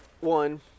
one